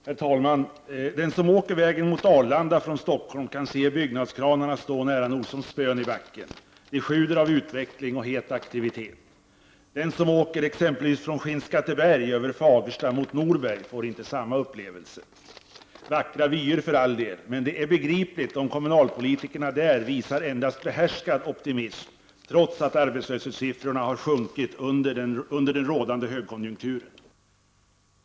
Herr talman! Den som åker vägen mot Arlanda från Stockholm kan se byggnadskranarna stå nära nog som spön ur backen. Det sjuder av utveckling, av het aktivitet. Den som åker exempelvis från Skinnskatteberg över Fagersta mot Norberg får inte samma upplevelse. Vackra vyer för all del, men det är begripligt om kommunalpolitikerna där visar endast behärskad optimism, trots att arbetslöshetssiffrorna har sjunkit under den rådande högkonjunkturen.